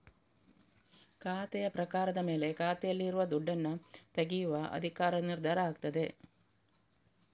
ಖಾತೆಯ ಪ್ರಕಾರದ ಮೇಲೆ ಖಾತೆಯಲ್ಲಿ ಇರುವ ದುಡ್ಡನ್ನ ತೆಗೆಯುವ ಅಧಿಕಾರ ನಿರ್ಧಾರ ಆಗ್ತದೆ